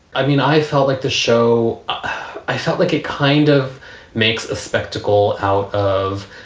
i mean, i felt like the show i felt like it kind of makes a spectacle out of